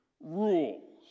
rules